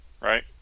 Right